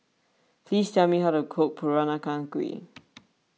please tell me how to cook Peranakan Kueh